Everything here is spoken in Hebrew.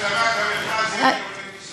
עם השלמת המכרז יגיעו לתשעה.